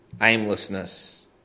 aimlessness